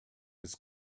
his